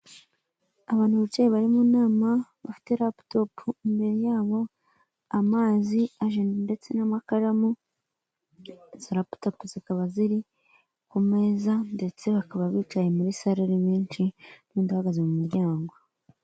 Abantu bicaye bari mu nama, bafite raputopu imbere yabo, amazi, ajenda, ndetse n'amakaramu, izo raputopu zikaba ziri ku meza ndetse bakaba bicaye muri salle ari benshi n'undi uhagaze mu muryango.